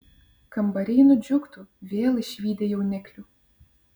kambariai nudžiugtų vėl išvydę jauniklių